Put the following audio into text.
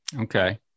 okay